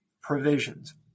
provisions